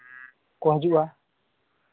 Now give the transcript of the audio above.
ᱠᱚ ᱦᱤᱡᱩᱜᱼᱟ